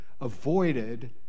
avoided